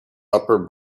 upper